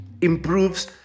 improves